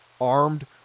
Armed